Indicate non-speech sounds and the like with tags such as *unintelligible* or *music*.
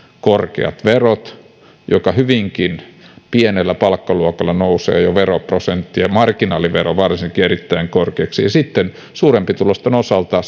korkeat verot niin että hyvinkin pienellä palkkaluokalla jo nousee veroprosentti ja marginaalivero varsinkin erittäin korkeaksi ja sitten suurempituloisten osalta *unintelligible*